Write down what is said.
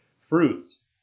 fruits